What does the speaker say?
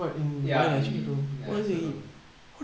ya ya I also don't know